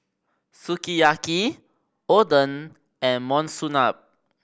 Sukiyaki Oden and Monsunabe